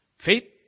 Faith